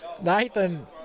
Nathan